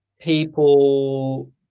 people